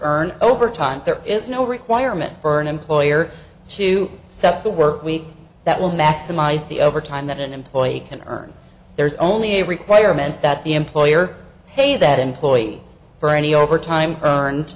earn over time there is no requirement for an employer to set up the work week that will maximize the overtime that an employee can earn there's only a requirement that the employer pay that employee for any overtime